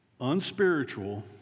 unspiritual